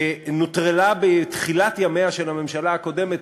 שנוטרלה בתחילת ימיה של הממשלה הקודמת,